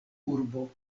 urbo